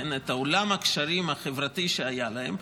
את עולם הקשרים החברתי שהיה להם,